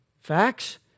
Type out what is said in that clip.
Facts